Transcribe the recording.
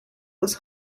was